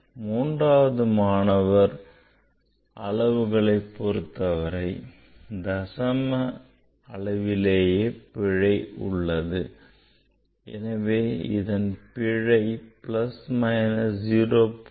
மூன்றாவது மாணவர் அளவுகளை பொருத்தவரை பிழை தசம அளவுகளில் உள்ளது எனவே இதன் பிழை plus minus 0